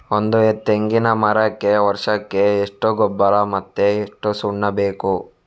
ಒಂದು ತೆಂಗಿನ ಮರಕ್ಕೆ ವರ್ಷಕ್ಕೆ ಎಷ್ಟು ಗೊಬ್ಬರ ಮತ್ತೆ ಎಷ್ಟು ಸುಣ್ಣ ಬೇಕು?